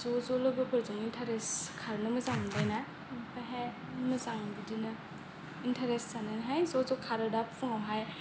ज'ज' लोगोफोरजों इन्ट्रेस्ट खारनो मोजां मोनोबायना आमफ्रायहाय मोजां बिदिनो इन्ट्रेस्ट जानानैहाय ज'ज' खारोदा फुंआवहाय